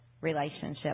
relationship